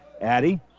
Addie